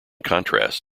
contrast